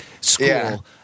school